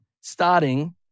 Starting